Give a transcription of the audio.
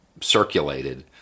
circulated